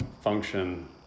function